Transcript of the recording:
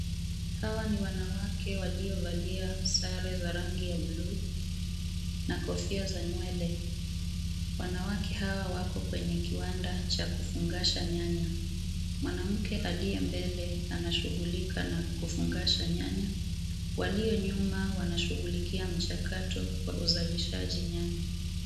Hawa ni wanawake waliovalia sare za rangi ya buluu na kofia za nywele. Wanawake hawa wako kwenye kiwanda cha kufungasha nyanya. Mwanamke aliye mbele anashughulika na kufungasha nyanya. Walio nyuma wanashughulikia mchakato wa uzalishaji nyanya.